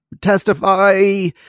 testify